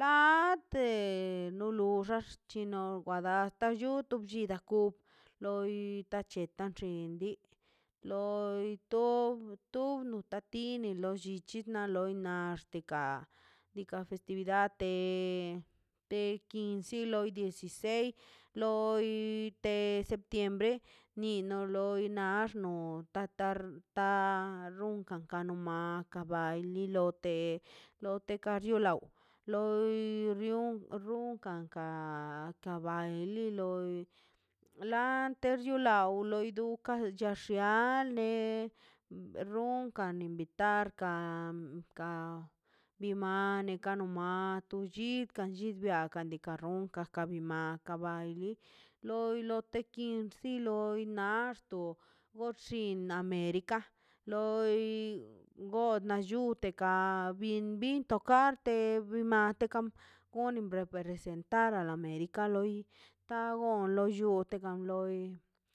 ḻate no luxan xchino wadan toyo to bllidako loi ita chetan dabxen xin li loi to tob nita tini lo llichi na loi naxtika diikaꞌ festividad de don kilo dieciseis loi loi de septiembre ni no loi na nax no ta tar ta runkan ka ne mana kabay lilo te lote kachio law loi rion runkan kan ka kabay liloi lantex riolaw loi duka xiax xiale runkan invitar a ka bibane kanu mato llikw kan llikwa kandi kan ro kan ka bi mal kabay bi loi lote quince loi nax to por lo llinna merica loi gut na llu tekan bi bin tokarte te vi matekan hambre na presentara america loi ta gon lo llunteka loi